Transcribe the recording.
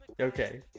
Okay